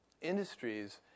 industries